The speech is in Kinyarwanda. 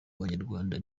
banyarwanda